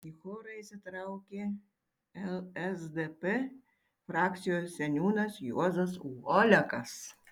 į chorą įsitraukė lsdp frakcijos seniūnas juozas olekas